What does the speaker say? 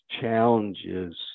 challenges